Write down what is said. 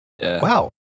wow